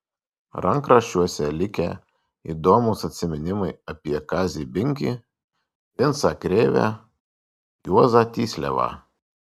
rankraščiuose likę įdomūs atsiminimai apie kazį binkį vincą krėvę juozą tysliavą